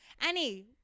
Annie